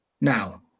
Now